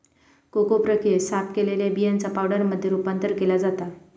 cocoa प्रक्रियेत, साफ केलेल्या बियांचा पावडरमध्ये रूपांतर केला जाता